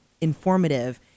informative